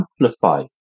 amplify